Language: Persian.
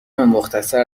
مختصر